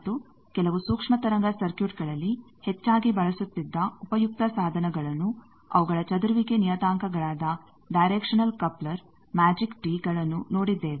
ಮತ್ತು ಕೆಲವು ಸೂಕ್ಷ್ಮ ತರಂಗ ಸರ್ಕ್ಯೂಟ್ಗಳಲ್ಲಿ ಹೆಚ್ಚಾಗಿ ಬಳಸುತ್ತಿದ್ದ ಉಪಯುಕ್ತ ಸಾಧನಗಳನ್ನು ಅವುಗಳ ಚದುರುವಿಕೆ ನಿಯತಾಂಕಗಳಾದ ಡೈರೆಕ್ಷನಲ್ ಕಪ್ಲರ್ ಮ್ಯಾಜಿಕ್ ಟೀ ಗಳನ್ನೂ ನೋಡಿದ್ದೇವೆ